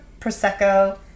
Prosecco